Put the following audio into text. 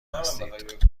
هستید